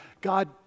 God